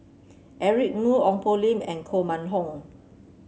Eric Moo Ong Poh Lim and Koh Mun Hong